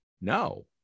No